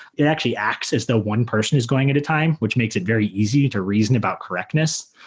it actually acts as the one person who's going at a time, which makes it very easy to reason about correctness.